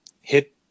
hit